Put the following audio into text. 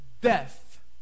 death